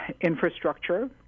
infrastructure